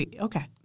okay